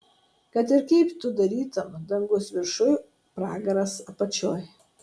kad ir kaip tu darytum dangus viršuj pragaras apačioj